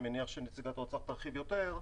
אני מניח שנציגת האוצר תרחיב יותר.